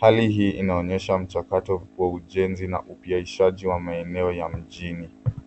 Hali hii inaonyesha mchakato wa ujenzi na upiaishaji wa maeneo ya mjini.